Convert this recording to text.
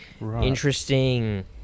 Interesting